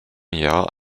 jahr